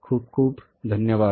खूप खूप धन्यवाद